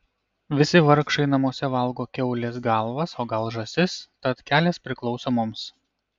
visi vargšai namuose valgo kiaulės galvas o gal žąsis tad kelias priklauso mums